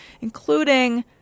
including